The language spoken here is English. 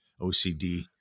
OCD